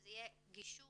שזה יהיה גישור